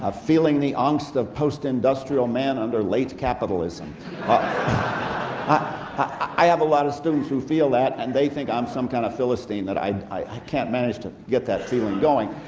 feeling the angst of post-industrial man under late capitalism i have a lot of students who feel that and they think i'm some kind of philistine that i i can't manage to get that feeling going.